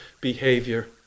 behavior